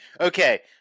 Okay